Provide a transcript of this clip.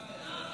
ודאי.